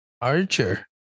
Archer